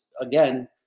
again